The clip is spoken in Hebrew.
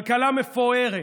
כלכלה מפוארת,